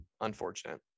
Unfortunate